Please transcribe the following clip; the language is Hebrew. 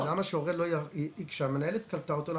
אז למה שהמנהלת קלטה אותו למעון,